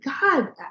God